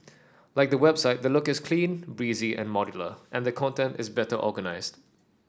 like the website the look is clean breezy and modular and the content is better organised